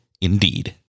Indeed